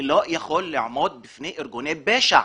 אני לא יכול לעמוד בפני ארגוני פשע.